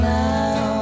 now